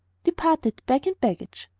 departed bag and baggage.